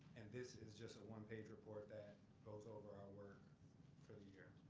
and this is just a one page report that goes over our work for the year.